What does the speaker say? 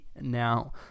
Now